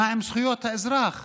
מה עם זכויות האזרח?